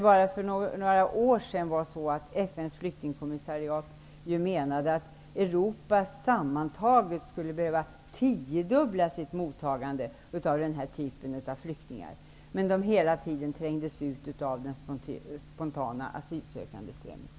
Bara för några år sedan menade FN:s flyktingkommissariat att Europa sammantaget skulle behöva tiodubbla sitt mottagande av denna typ av flyktingar, som dock hela tiden trängdes ut av den spontana strömmen av asylsökande.